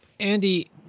Andy